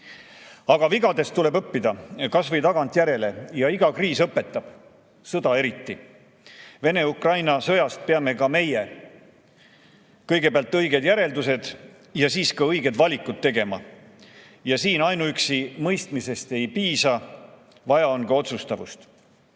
Aga vigadest tuleb õppida, kas või tagantjärele, ja iga kriis õpetab, sõda eriti. Vene‑Ukraina sõjast peame meiegi kõigepealt õiged järeldused ja siis ka õiged valikud tegema. Siin ainuüksi mõistmisest ei piisa, vaja on ka otsustavust.